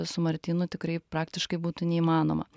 su martynu tikrai praktiškai būtų neįmanoma